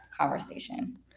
conversation